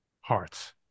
hearts